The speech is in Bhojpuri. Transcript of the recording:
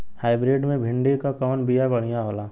हाइब्रिड मे भिंडी क कवन बिया बढ़ियां होला?